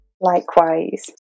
Likewise